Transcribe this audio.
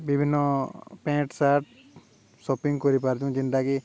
ବିଭିନ୍ନ pant shirt shopping କରିପାରୁିଛୁଁ ଯେନ୍ଟାକି